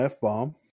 F-bomb